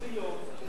בבקשה.